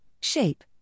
shape